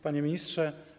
Panie Ministrze!